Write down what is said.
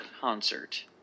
concert